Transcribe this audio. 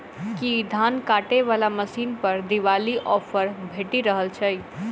की धान काटय वला मशीन पर दिवाली ऑफर भेटि रहल छै?